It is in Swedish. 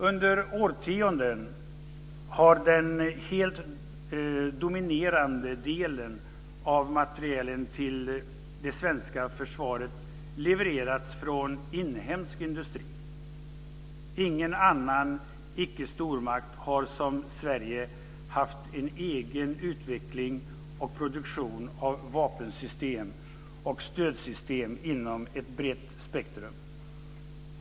Under årtionden har den helt dominerande delen av materielen till det svenska försvaret levererats från inhemsk industri. Ingen annan icke stormakt har som Sverige haft en egen utveckling och produktion av vapensystem och stödsystem inom ett brett spektrum.